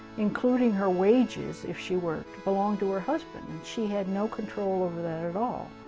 including her wages if she worked, belonged to her husband, and she had no control over that at all.